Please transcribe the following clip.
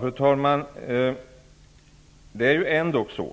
Fru talman!